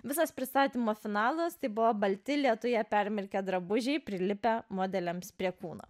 visas pristatymo finalas tai buvo balti lietuje permirkę drabužiai prilipę modeliams prie kūno